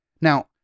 Now